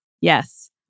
Yes